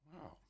Wow